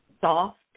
soft